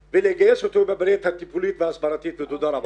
ולגייס אותו בפעילות הטיפולית וההסברתית ותודה רבה.